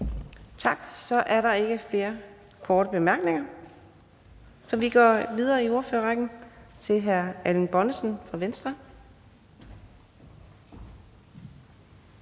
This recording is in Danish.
Tak. Der er ikke flere korte bemærkninger, så vi går videre i ordførerrækken til hr. Erling Bonnesen fra Venstre.